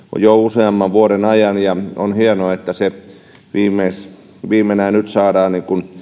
jo useamman vuoden ajan ja on hienoa että se nyt viimein saadaan